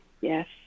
Yes